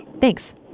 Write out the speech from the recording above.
Thanks